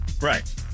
Right